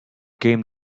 game